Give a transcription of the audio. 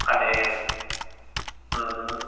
अने हूं हूं